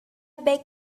beg